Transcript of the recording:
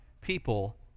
people